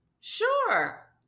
Sure